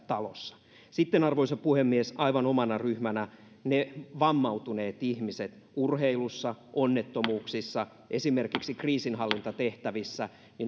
talossa sitten arvoisa puhemies aivan omana ryhmänään vammautuneet ihmiset urheilussa onnettomuuksissa esimerkiksi kriisinhallintatehtävissä